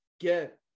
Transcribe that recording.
get